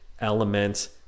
element